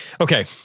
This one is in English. okay